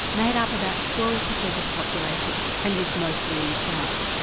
made up about twelve percent of the population, and lived mostly in the south.